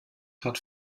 hat